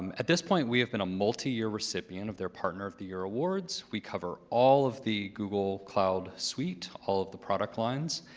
um at this point, we have been a multi-year recipient of their partner of the year awards. we cover all of the google cloud suite, all of the product lines.